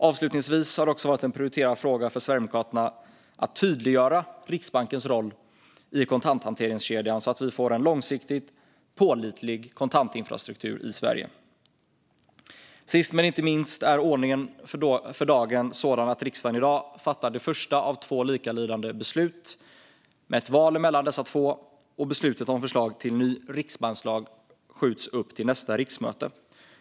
Avslutningsvis har det också varit en prioriterad fråga för Sverigedemokraterna att tydliggöra Riksbankens roll i kontanthanteringskedjan så att vi får en långsiktigt pålitlig kontantinfrastruktur i Sverige. Sist men inte minst är ordningen för dagen sådan att riksdagen i dag fattar det första av två likalydande beslut med ett val emellan och att beslutet om förslag till ny riksbankslag skjuts upp till nästa riksmöte.